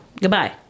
Goodbye